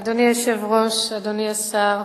אדוני היושב-ראש, אדוני השר,